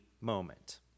moment